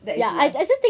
that is life